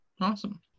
Awesome